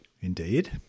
Indeed